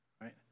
right